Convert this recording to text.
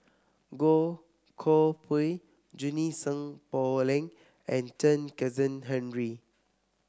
Goh Koh Pui Junie Sng Poh Leng and Chen Kezhan Henri